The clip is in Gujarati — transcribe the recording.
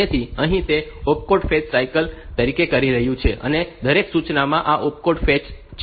તેથી અહીં તે opcode fetch cycle કરી રહ્યું છે અને દરેક સૂચનામાં આ ઓપકોડ ફેચ છે